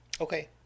Okay